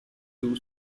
two